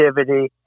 activity